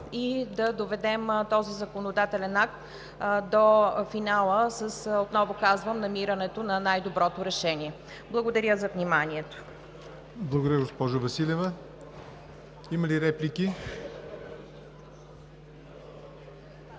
и да доведем този законодателен акт до финала, отново казвам, с намирането на най-доброто решение. Благодаря за вниманието. ПРЕДСЕДАТЕЛ ЯВОР НОТЕВ: Благодаря, госпожо Василева. Има ли реплики?